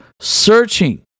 searching